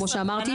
כמו שאמרתי,